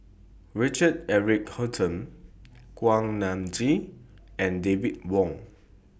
Richard Eric Holttum Kuak Nam Jin and David Wong